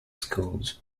schools